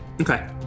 Okay